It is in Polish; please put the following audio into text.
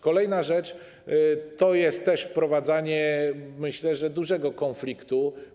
Kolejna rzecz to jest też wprowadzanie, myślę, dużego konfliktu.